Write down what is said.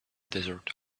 desert